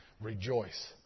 Rejoice